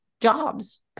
jobs